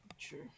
True